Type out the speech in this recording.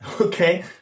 Okay